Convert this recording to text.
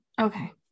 Okay